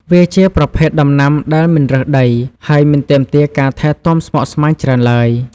វាជាប្រភេទដំណាំដែលមិនរើសដី ហើយមិនទាមទារការថែទាំស្មុគស្មាញច្រើនឡើយ។